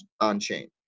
on-chain